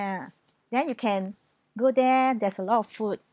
ya then you can go there there's a lot of food